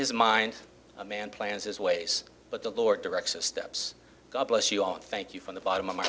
his mind a man plans his ways but the lord directs us steps god bless you all and thank you from the bottom of my